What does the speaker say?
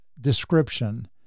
description